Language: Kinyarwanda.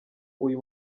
uyu